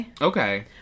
Okay